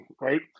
right